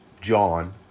John